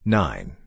nine